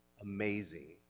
amazing